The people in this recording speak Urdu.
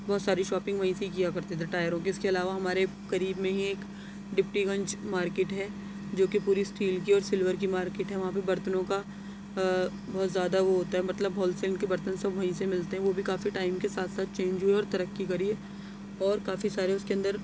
بہت ساری شاپنگ وہیں سے ہی کیا کرتے تھے ٹائروں کے اِس کے علاوہ ہمارے قریب میں ہی ایک ڈپٹی گنج مارکیٹ ہے جو کہ پوری اسٹیل کی اور سلور کی مارکیٹ ہے وہاں پر برتنوں کا بہت زیادہ وہ ہوتا ہے مطلب ہول سل کے برتن سب وہیں سے ملتے ہیں وہ بھی کافی ٹائم کے ساتھ ساتھ چینج ہوئی اور ترقی کری اور کافی سارے اُس کے اندر